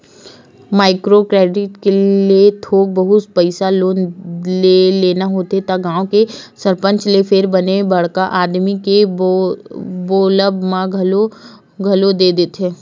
micro credit ले थोक बहुत पइसा लोन लेना होथे त गाँव के सरपंच ते फेर बने बड़का आदमी के बोलब म घलो दे देथे